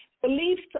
Beliefs